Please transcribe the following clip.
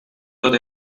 tot